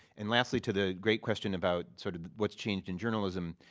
and lastly, to the great question about sort of what's changed in journalism,